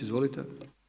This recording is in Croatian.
Izvolite.